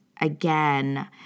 again